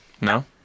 no